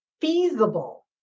feasible